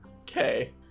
Okay